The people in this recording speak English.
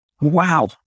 Wow